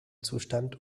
zustand